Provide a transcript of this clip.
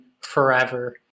forever